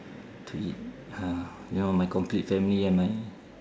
to eat ah you know my complete family and my